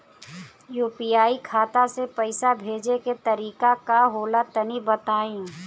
UPI खाता से पइसा भेजे के तरीका का होला तनि बताईं?